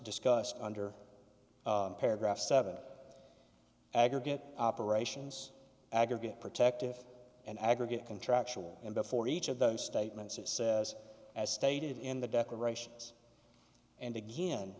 discussed under paragraph seven aggregate operations aggregate protective and aggregate contractual and before each of those statements it says as stated in the decorations and again